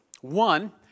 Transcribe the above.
One